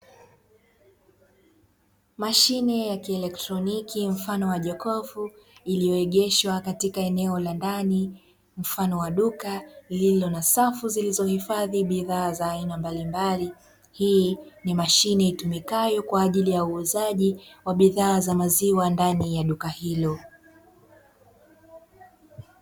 Mashine ya kielektroniki mfano wa jokofu iliyoegeshwa katika eneo la ndani mfano wa duka, lililo na safu zilizohifadhi bidhaa za aina mbalimbali. Hii ni mashine itumikayo kwa ajili ya uuzaji wa bidhaa za maziwa ndani ya duka hilo.